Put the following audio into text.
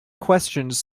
questions